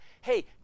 hey